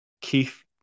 Keith